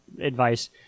advice